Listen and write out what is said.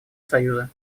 союза